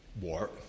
war